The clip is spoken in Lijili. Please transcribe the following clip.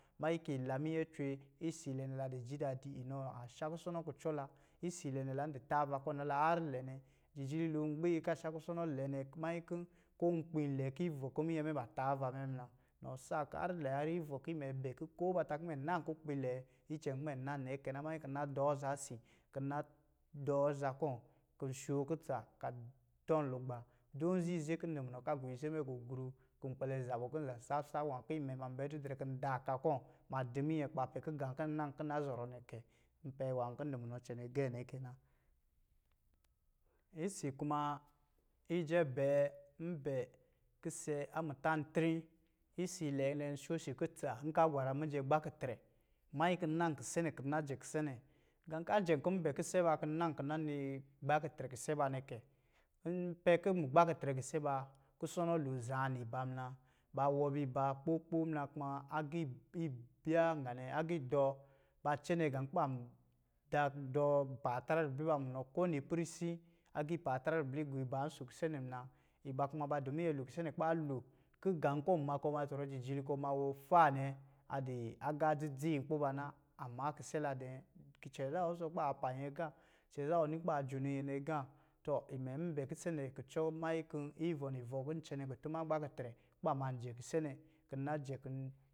Manyi ki la minyɛ cwe isiilɛ nɛ la di ji dadi inɔ a sha kusono kucɔ la. Isiilɛ nɛ lan di taava kɔ̄ nala harr lɛ nɛ. Jijili lo gbiin ka sha kusono lɛ nɛ, manyi kɔ̄ ko kpin lɔ̄ nɔ̄ ki ivɔ̄ ku minyɛ mɛ ba taava mɛ muna. Nɔ sa harr lɛ harr ivɔ ki mɛ bɛ ko ba ta kɔ̄ mɛ nan kunkpi lɛ, icɛn kɔ̄ mɛ nan nɛ kɛ na, manyi kɔ̄ na dɔɔ aza si, ki na dɔɔ za kɔ, kɔ̄ shookutsa ka tɔnlugba. Dum nziize kin di munɔ ka gɔ ize mɛ gugru, kɔ̄ kpɛlɛ za bɔ, kɔ̄ za supsa nwā ki mɛ ma nbɛ didrɛ kin daa ka kɔ̄ ma di minyɛ kɔ̄ ba pɛ kin gā kɔ̄ naa kɔ̄ nna zɔrɔ nɛ kɛ. N pɛ nwā kɔ̄ n di munɛ cɛnɛ gɛɛ nɛ kɛ na. Isi kuma. ijɛ bɛɛ, n bɛ kise a mutantri. Isiilɛ nɛ, n sha si kutsa nka gwaram mijɛ gbakitrɛ, manyi kin na kise nɛ kin na jɛ kise nɛ. Gā ka jɛm kɔ̄ bɛ kise ba kɔ̄ nan kɔ̄ nna nii gbakitrɛ kise ba nɛ kɛ, n pɛ kɔ̄ mugbakitrɛ kise baa, kusono lo zaa niba muna. Baa wɔɔbii ba kpokpo muna, kumaa, agii ib-ib biyaa nganɛ, agii dɔ, ba cɛnɛ gā kuban da dɔɔ baatra ribli ba munɔ ko nipɛrisi, agii paatra ribli guiba nso kise nɛ, muna. Iba kuma ba di minyɛ lo kise nɛ kubaa lo, kin gā kɔɔ ma kɔ ma zɔrɔ jijili kɔ ma wɔ faa nɛ, a di agā dzidzi nkpo ba na. Amma kise la dɛ̄ɛ̄, kicɛɛ zaa ɔ wusɔ kuba pa nyɛ gā, cɛɛ zaa ɔ ni kuba jonoanyɛ nɛ gā. Tɔ imɛ nbɛ kise nɛ kucɔ manyi kɔ̄ cɛnɛ kutuma a gbakitrɛ, kuba manjɛ kise nɔ, kɛ nna jɛ kɔ̄.